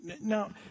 Now